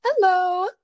hello